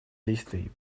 действий